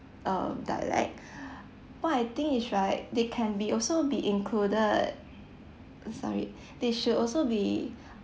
um dialect what I think is right they can be also be included sorry they should also be